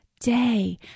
Day